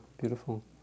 beautiful